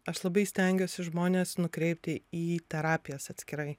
aš labai stengiuosi žmones nukreipti į terapijas atskirai